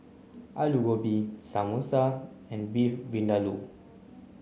Alu Gobi Samosa and Beef Vindaloo